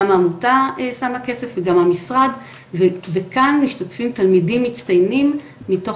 גם העמותה שמה כסף וגם המשרד וכאן משתתפים תלמידים מצטיינים מתוך